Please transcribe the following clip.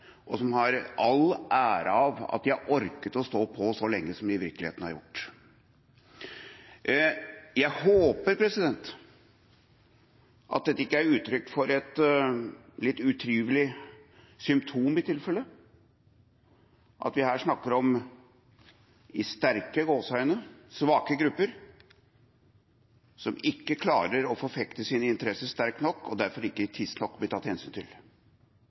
som skal ha all ære for at de har orket å stå på så lenge som de i virkeligheten har gjort. Jeg håper at ikke dette i tilfelle er uttrykk for et litt utrivelig symptom, at vi her snakker om «sterke» svake grupper, som ikke klarer å forfekte sine interesser sterkt nok, og derfor ikke tidsnok blir tatt hensyn til.